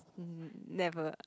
mm never